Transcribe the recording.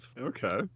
Okay